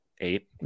eight